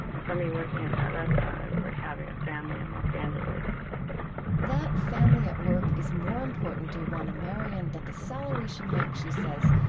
for me, working at that restaurant is like having a family in los angeles that family at work is more important to oana marian than the salary she makes, she says,